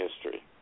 history